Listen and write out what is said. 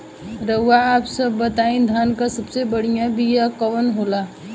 रउआ आप सब बताई धान क सबसे बढ़ियां बिया कवन होला?